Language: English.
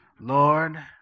Lord